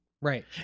Right